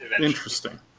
Interesting